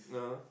ah